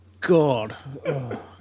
God